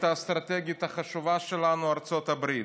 האסטרטגית החשובה שלנו ארצות הברית.